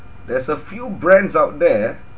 there's a few brands out there